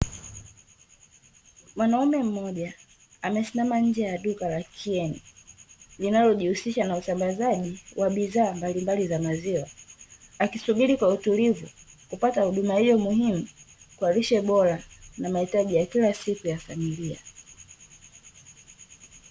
Mwanaume mmoja amesimama nje ya duka la KIEN linalojihusisha na usambazaji wa bidhaa mbalimbali za maziwa, akisubiri kwa utulivu kupata huduma hiyo muhimu kwa lishe bora, na mahitaji ya kila siku ya familia.